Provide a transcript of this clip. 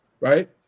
Right